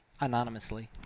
anonymously